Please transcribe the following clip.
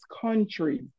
countries